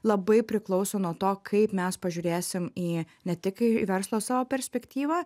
labai priklauso nuo to kaip mes pažiūrėsim į ne tik į verslo savo perspektyvą